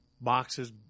boxes